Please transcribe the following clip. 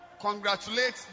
Congratulate